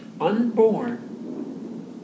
unborn